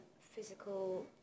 physical